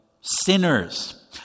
sinners